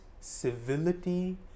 civility